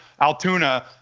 altoona